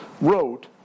wrote